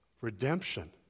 Redemption